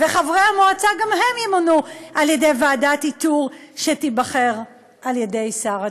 חברי המועצה גם הם ימונו על-ידי ועדת איתור שתיבחר על-ידי שר התקשורת.